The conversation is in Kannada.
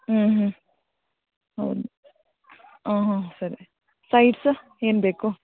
ಹ್ಞೂ ಹ್ಞೂ ಹ್ಞೂ ಹ್ಞೂ ಹ್ಞೂ ಸರಿ ಸೈಡ್ಸ್ ಏನು ಬೇಕು